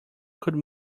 could